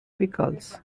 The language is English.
pickles